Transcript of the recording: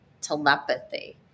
telepathy